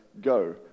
go